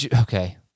Okay